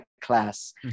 class